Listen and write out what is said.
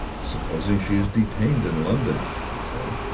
supposing she is detained in london, he said.